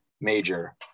major